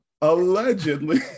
Allegedly